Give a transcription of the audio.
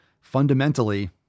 Fundamentally